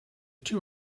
two